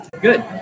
Good